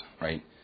right